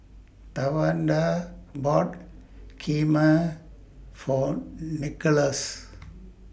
Tawanda bought Kheema For Nicholaus